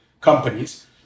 companies